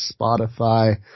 Spotify